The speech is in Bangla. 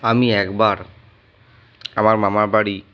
আমি একবার আমার মামারবাড়ি